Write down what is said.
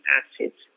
acids